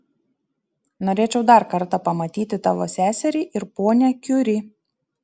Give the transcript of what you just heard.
norėčiau dar kartą pamatyti tavo seserį ir ponią kiuri